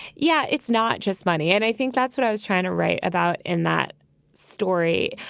yeah. it's not just money, and i think that's what i was trying to write about in that story.